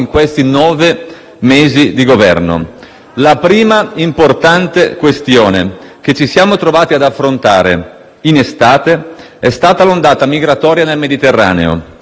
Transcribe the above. La prima importante questione che ci siamo trovati ad affrontare in estate è stata l'ondata migratoria nel Mediterraneo. Lo abbiamo fatto nel rispetto dei diritti umani,